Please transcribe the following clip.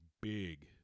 big –